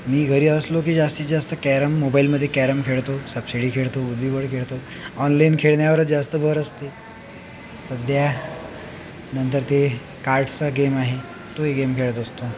मी घरी असलो की जास्तीत जास्त कॅरम मोबाइलमध्ये कॅरम खेळतो सापशिडी खेळतो बुद्धिबळ खेळतो ऑनलाइन खेळण्यावरच जास्त भर असते सध्या नंतर ते कार्डसचा गेम आहे तो ही गेम खेळत असतो